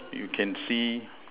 you can see